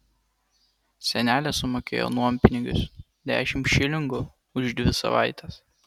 senelė sumokėjo nuompinigius dešimt šilingų už dvi savaites